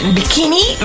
Bikini